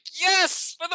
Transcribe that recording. yes